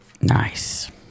nice